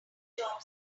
job